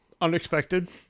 unexpected